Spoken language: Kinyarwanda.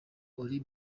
ali